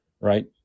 Right